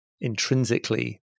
intrinsically